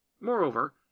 Moreover